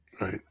right